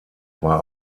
war